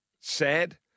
sad